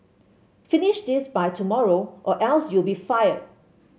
finish this by tomorrow or else you'll be fired